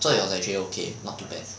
so it was actually okay not too bad